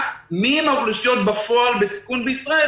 מי הן האוכלוסיות בפועל בסיכון בישראל